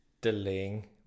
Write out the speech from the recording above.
delaying